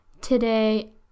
today